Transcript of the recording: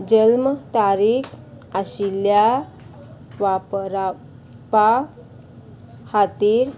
जल्म तारीख आशिल्ल्या वापरपा खातीर